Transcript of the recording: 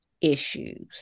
issues